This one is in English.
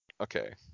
Okay